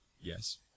Yes